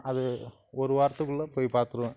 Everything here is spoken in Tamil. அது ஒரு வாரத்துக்குள்ளே போய் பார்த்துருவன்